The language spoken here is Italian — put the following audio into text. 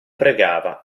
pregava